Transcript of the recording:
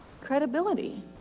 credibility